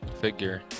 figure